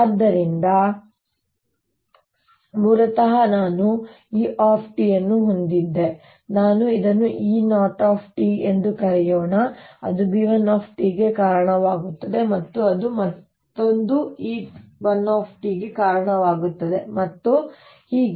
ಆದ್ದರಿಂದ ಮೂಲತಃ ನಾನು E ಅನ್ನು ಹೊಂದಿದ್ದೆ ನಾವು ಅದನ್ನು E0 ಎಂದು ಕರೆಯೋಣ ಅದು B₁ ಗೆ ಕಾರಣವಾಗುತ್ತದೆ ಮತ್ತು ಅದು ಮತ್ತೆ ಮತ್ತೊಂದು E₁ ಗೆ ಕಾರಣವಾಗುತ್ತದೆ ಮತ್ತು ಹೀಗೆ